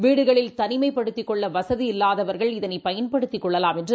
வீடுகளில் தனிமைப்படுத்திக்கொள்ளவசதி இல்லாதவர்கள் இதனைபயன்படுத்திகொள்ளவாம் என்று